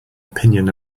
opinion